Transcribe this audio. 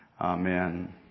amen